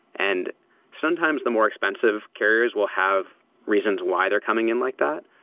and sometimes the more expensive carriers will have reasons why they're coming in like that.